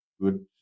good